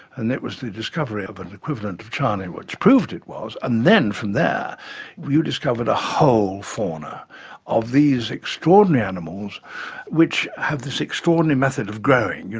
and it was the discovery of an equivalent of charnia which proved it was, and then from there we discovered a whole fauna of these extraordinary animals which have this extraordinary method of growing,